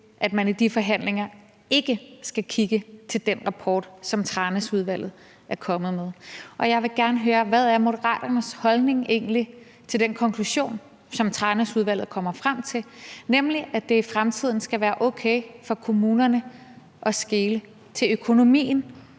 at man i de forhandlinger ikke skal kigge mod den rapport, som Tranæsudvalget er kommet med. Jeg vil gerne høre: Hvad er Moderaternes holdning egentlig til den konklusion, som Tranæsudvalget kommer frem til, nemlig at det i fremtiden skal være okay for kommunerne at skele til økonomien,